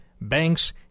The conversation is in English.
Banks